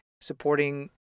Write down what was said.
supporting